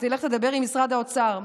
כשתלך לדבר עם משרד האוצר,